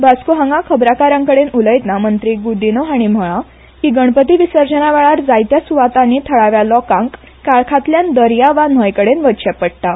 वास्को हांगा खबरा कारांकडेन उलयताना मंत्री गुदीन हाणें म्हळा की गणपती विसर्जना वेळार जायत्या स्वातांनी थाळाव्या लोकांक काळरातल्यान दर्या वा न्हंय कडेन वच्चे पडटा